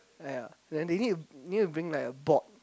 ya then they need to need to bring like a board